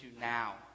now